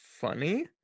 funny